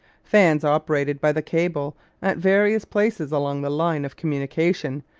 fans, operated by the cable at various places along the line of communication,